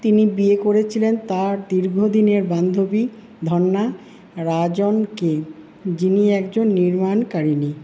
তিনি বিয়ে করেছিলেন তাঁর দীর্ঘদিনের বান্ধবী ধন্যা রাজনকে যিনি একজন নির্মাণকারিণী